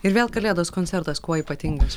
ir vėl kalėdos koncertas kuo ypatingas